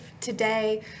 today